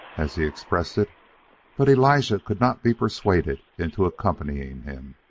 as he expressed it but elijah could not be persuaded into accompanying him.